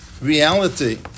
Reality